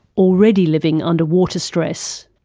already living under water stress.